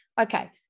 Okay